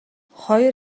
хоёр